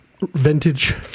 Vintage